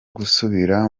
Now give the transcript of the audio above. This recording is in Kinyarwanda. gusubira